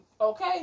Okay